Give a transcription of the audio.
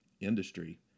industry